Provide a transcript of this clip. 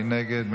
מי נגד?